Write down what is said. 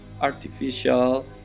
artificial